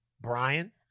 Brian